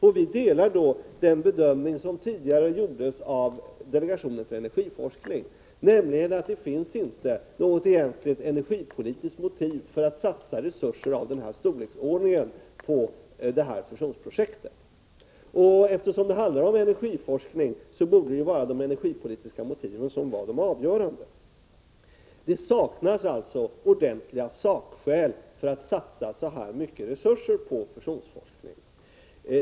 Vi ansluter oss till den bedömning som tidigare gjordes av delegationen för energiforskning, nämligen att det inte finns något energipolitiskt motiv för att satsa resurser av denna storleksordning på fusionsprojektet. Eftersom det handlar om energiforskning borde väl de energipolitiska motiven vara avgörande. Det saknas alltså ordentliga sakskäl för att satsa så här mycket resurser på fusionsforskning.